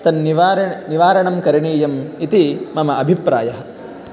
तन्निवारण् निवारणं करणीयम् इति मम अभिप्रायः